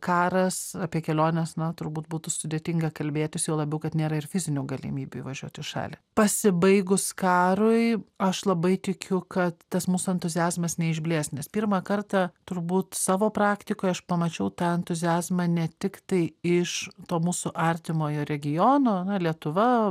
karas apie keliones na turbūt būtų sudėtinga kalbėtis juo labiau kad nėra ir fizinių galimybių įvažiuoti į šalį pasibaigus karui aš labai tikiu kad tas mūsų entuziazmas neišblės nes pirmą kartą turbūt savo praktikoj aš pamačiau tą entuziazmą ne tiktai iš to mūsų artimojo regiono na lietuva